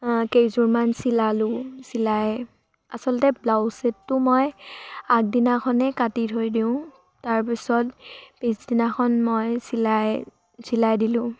কেইযোৰমান চিলালোঁ চিলাই আচলতে ব্লাউজ চেটটো মই আগদিনাখনেই কাটি থৈ দিওঁ তাৰপিছত পিছদিনাখন মই চিলাই চিলাই দিলোঁ